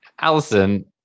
Allison